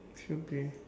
should be